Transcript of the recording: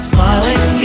Smiling